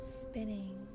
spinning